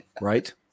right